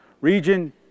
region